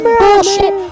bullshit